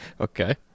okay